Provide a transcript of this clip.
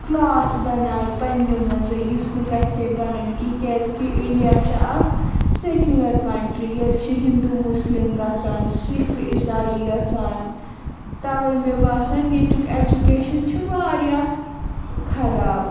class بنایہِ پَنٛنیو منٛزَے یُس نہٕ گژھِ ہے بَنٕنۍ کیٚنہہ کیٛازِ کہِ اِنڈِیا چھِ اَکھ سیٚکیوٗلَر کَنٹرٛی ییٚتہِ چھِ ہِنٛدوٗ مُسلِم گژھان سِکھ عیٖسایی گژھان تَوَے مےٚ باسان ییٚتیُک اٮ۪جوٗکیشَن چھِ واریاہ خراب